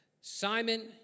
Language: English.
Simon